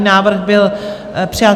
Návrh byl přijat.